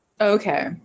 Okay